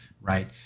right